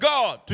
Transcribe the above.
God